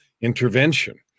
intervention